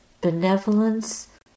benevolence